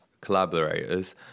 collaborators